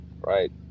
right